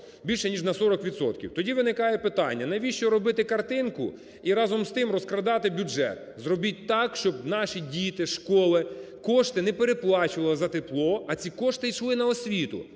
більше, ніж на 40 відсотків. Тоді виникає питання, навіщо робити картинку і разом з тим розкрадати бюджет? Зробіть так, щоб наші діти, школи кошти не переплачували за тепло, а ці кошти йшли на освіту.